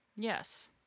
Yes